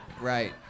right